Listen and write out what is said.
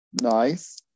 nice